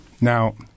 Now